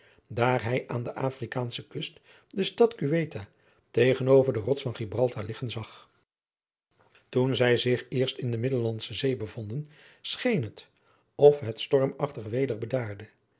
daar hij aan de afrikaansche kust de stad ceuta tegen over de rots van gibraltar liggen zag toen zij zich eerst in de middellandsche zee bevonden scheen het of het stormachtig weder bedaarde